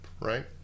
right